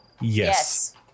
Yes